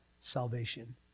salvation